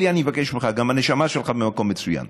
אלי, אני מבקש ממך, גם הנשמה שלך במקום מצוין: